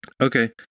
Okay